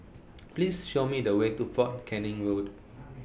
Please Show Me The Way to Fort Canning Road